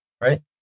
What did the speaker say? right